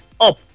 up